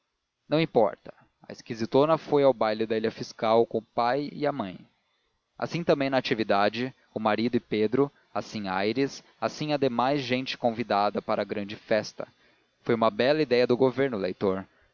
não importa a esquisitona foi ao baile da ilha fiscal com a mãe e o pai assim também natividade o marido e pedro assim aires assim a demais gente convidada para a grande festa foi uma bela ideia do governo leitor